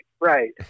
right